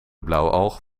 blauwalg